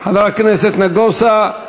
חבר הכנסת נגוסה,